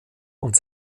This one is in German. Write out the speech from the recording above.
und